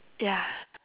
ya